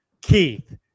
Keith